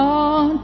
on